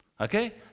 Okay